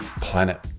planet